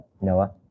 Noah